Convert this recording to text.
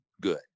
good